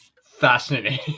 Fascinating